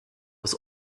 was